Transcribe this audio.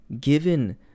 given